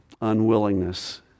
unwillingness